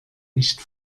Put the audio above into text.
nicht